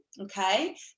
okay